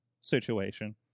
situation